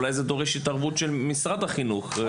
אולי זה דורש התערבות של משרד החינוך.